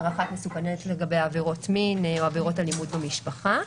הערכת מסוכנות לגבי עברות מין או עבירות אלימות במשפחה.